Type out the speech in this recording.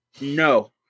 No